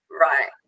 right